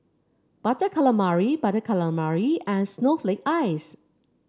Butter Calamari Butter Calamari and Snowflake Ice